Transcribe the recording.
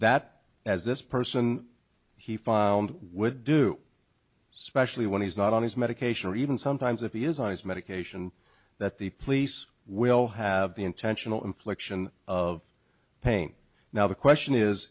that as this person he found would do specially when he's not on his medication or even sometimes if he is on his medication that the police will have the intentional infliction of pain now the question is